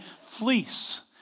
fleece